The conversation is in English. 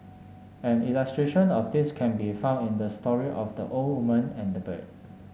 an illustration of this can be found in the story of the old woman and the bird